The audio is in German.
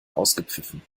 ausgepfiffen